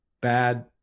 bad